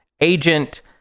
agent